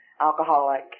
Alcoholic